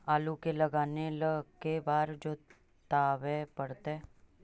आलू के लगाने ल के बारे जोताबे पड़तै?